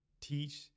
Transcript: teach